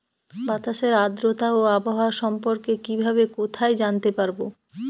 বাতাসের আর্দ্রতা ও আবহাওয়া সম্পর্কে কিভাবে কোথায় জানতে পারবো?